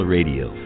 Radio